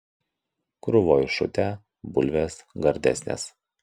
krūvoj šutę bulvės gardesnės